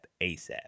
ASAP